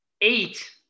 eight